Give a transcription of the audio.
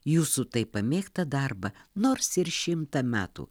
jūsų taip pamėgtą darbą nors ir šimtą metų